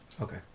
Okay